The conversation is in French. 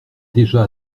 déjà